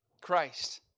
Christ